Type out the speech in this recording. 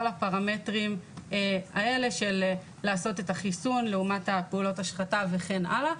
הפרמטרים האלה של לעשות את החיסון לעומת פעולות ההשחתה וכן הלאה.